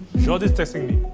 jordi's texting